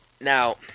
Now